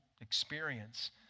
experience